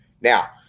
Now